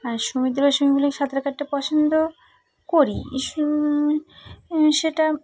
আর সমুদ্রে বা সুইমিং পুলে সাঁতার কাটতে পছন্দ করি সেটা